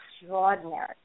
extraordinary